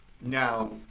Now